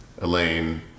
Elaine